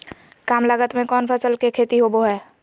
काम लागत में कौन फसल के खेती होबो हाय?